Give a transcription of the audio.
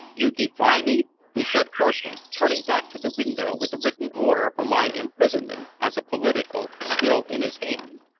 you defy me! he said hoarsely, turning back to the window with the written order for my imprisonment as a political still in his hand.